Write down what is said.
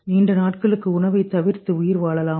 நீண்ட நாட்களுக்கு உணவைத் தவிர்த்து உயிர் வாழலாம்